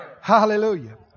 Hallelujah